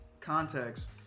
context